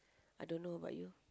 I don't know about you